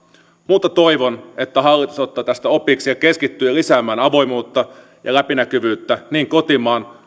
mutta toivon että hallitus ottaa tästä opiksi ja keskittyy lisäämään avoimuutta ja läpinäkyvyyttä niin kotimaan